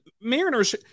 Mariners